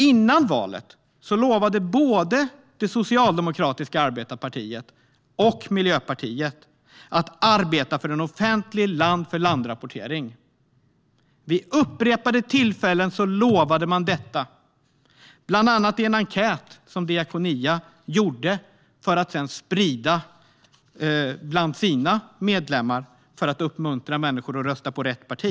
Före valet lovade både Socialdemokraterna och Miljöpartiet att arbeta för en offentlig land-för-land-rapportering. Vid upprepade tillfällen lovade man detta, bland annat i en enkät som Diakonia gjorde för att sedan sprida den bland sina medlemmar för att uppmuntra människor att rösta på rätt parti.